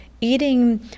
eating